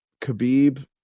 Khabib